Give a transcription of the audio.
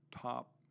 top